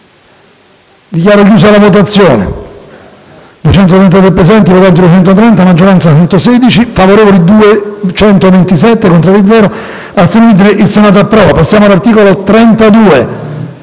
Dichiaro aperta la votazione.